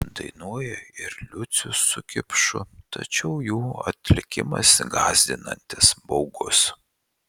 dainuoja ir liucius su kipšu tačiau jų atlikimas gąsdinantis baugus